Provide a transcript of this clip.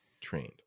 trained